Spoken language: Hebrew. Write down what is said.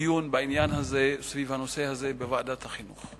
דיון בעניין הזה, סביב הנושא הזה, בוועדת החינוך.